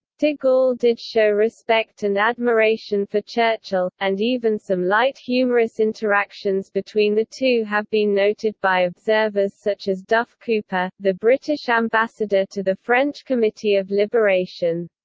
de gaulle did show respect and admiration for churchill, and even some light humorous interactions between the two have been noted by observers such as duff cooper, the british ambassador to the french committee of liberation.